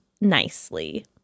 nicely